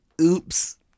Oops